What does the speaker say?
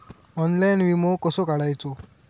Online विमो कसो काढायचो?